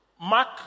Mark